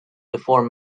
before